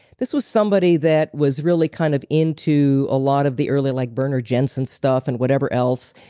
this was somebody that was really kind of into a lot of the earlier like burner jensen stuff and whatever else.